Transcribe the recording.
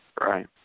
Right